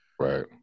right